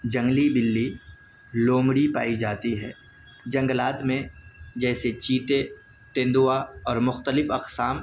جنگلی بلی لومڑی پائی جاتی ہے جنگلات میں جیسے چیتے تیندوا اور مختلف اقسام